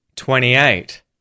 twenty-eight